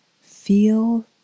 feel